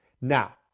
Now